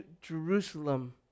Jerusalem